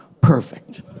perfect